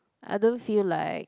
I don't feel like